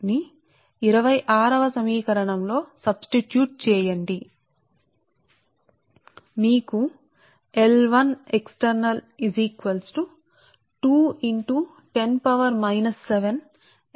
కాబట్టి ఈ సమీకరణం లో సమీకరణం 26 లో మనం చేస్తున్నది ఏమిటంటే మనం D1 సమానం గా r1 ను ప్రతికేపిస్తే D1r కు సమానం మరియు D2 సమీకరణం 26 లో D కి సమానం